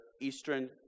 eastern